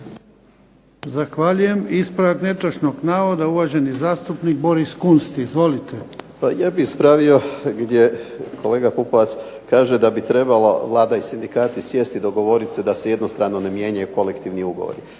Zahvaljujem. Ispravak netočnog navoda uvaženi zastupnik Bors Kunst. Izvolite. **Kunst, Boris (HDZ)** Pa ja bih ispravio gdje kolega Pupovac kaže da bi trebala Vlada i sindikati sjesti i dogovoriti se da se jednostrano ne mijenju kolektivni ugovori.